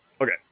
Okay